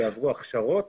שיעברו הכשרות,